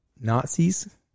Nazis